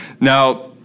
now